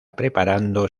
preparando